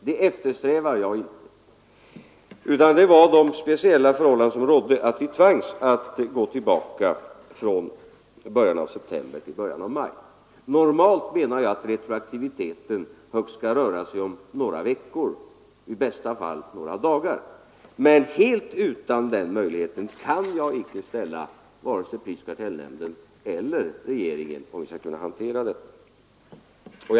Vi eftersträvar inte sådant, utan det var de speciella förhållanden som rådde som gjorde att vi tvangs gå tillbaka från början av september till början av maj. Jag anser att retroaktiviteten normalt skall röra sig om högst några veckor, i bästa fall några dagar — men helt utan den möjligheten kan jag inte ställa vare sig prisoch kartellnämnden eller regeringen om vi skall kunna hantera de här problemen.